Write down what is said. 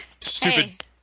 stupid